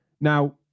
Now